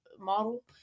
model